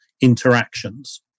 interactions